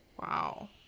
Wow